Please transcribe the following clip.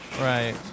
Right